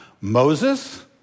Moses